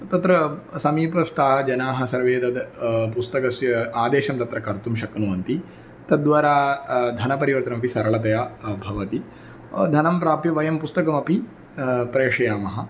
तत्र समीपस्थाः जनाः सर्वे एतस्य पुस्तकस्य आदेशं तत्र कर्तुं शक्नुवन्ति तद्वारा धनपरिवर्तनमपि सरलतया भवति धनं प्राप्य वयं पुस्तकमपि प्रेषयामः